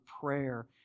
prayer